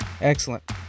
Excellent